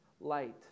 light